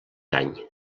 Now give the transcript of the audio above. any